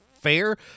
fair